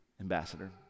Ambassador